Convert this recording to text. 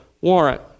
warrant